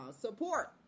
Support